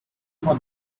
for